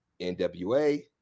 NWA